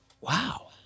Wow